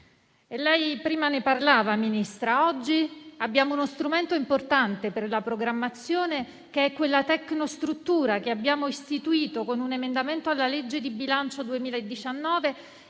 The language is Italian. Lei prima ne parlava, Ministra: oggi abbiamo uno strumento importante per la programmazione, che è quella tecnostruttura che abbiamo istituito con un emendamento alla legge di bilancio 2019,